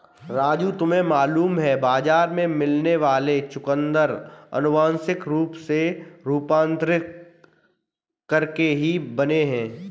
राजू तुम्हें मालूम है बाजार में मिलने वाले चुकंदर अनुवांशिक रूप से रूपांतरित करके ही बने हैं